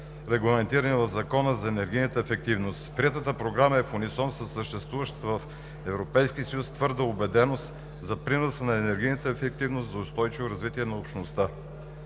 регламентирани в Закона за енергийната ефективност. Приетата програма е в унисон със съществуващата в Европейския съюз твърда убеденост за приноса на енергийната ефективност за устойчиво развитие на общността.